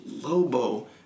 Lobo